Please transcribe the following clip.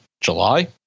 July